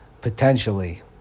potentially